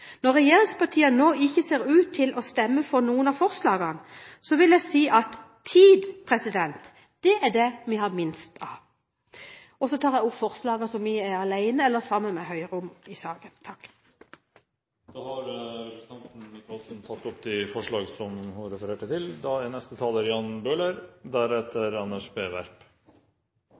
Når regjeringspartiene nå ikke ser ut til å stemme for noen av forslagene, vil jeg si at tid er det vi har minst av. Jeg tar med det opp forslagene vi er alene om, og det vi er sammen med Høyre om. Representanten Åse Michaelsen har tatt opp de forslagene hun refererte til. Dette forslaget tar opp et svært viktig tema. Jeg er